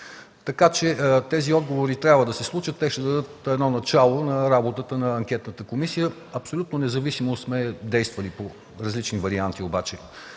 Тези отговори трябва да се случат. Те ще бъдат едно начало на работата на анкетната комисия. Абсолютно независимо сме действали по различни варианти обаче